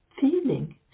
feeling